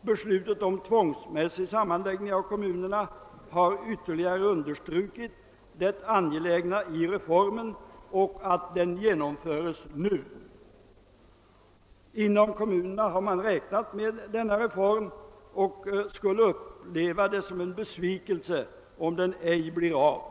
Beslutet om tvångsmässig sammanläggning av kommunerna har ytterligare understrukit det angelägna i reformen och att den genomföres nu. Inom kommunerna har man räknat med denna reform och skulle uppleva det som en besvikelse om den ej blir av.